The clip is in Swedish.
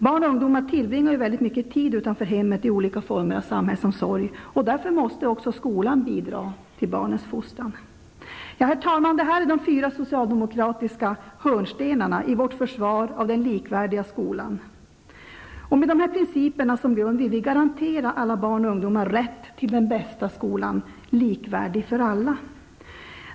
Barn och ungdomar tillbringar mycket tid utanför hemmet i olika former av samhällsomsorg, och därför måste också skolan bidra till barnens fostran. Herr talman! Detta är de fyra socialdemokratiska hörnstenarna i vårt försvar av den likvärdiga skolan. Med dessa principer som grund vill vi garantera alla barn och ungdomar rätt till den bästa skolan, likvärdig för alla.